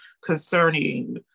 concerning